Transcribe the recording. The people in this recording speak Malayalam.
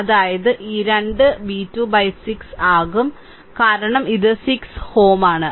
അതായത് ഈ 2 v2 by 6 ആകും കാരണം ഇത് 6 Ω ആണ്